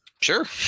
sure